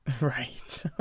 Right